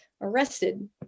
arrested